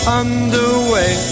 underway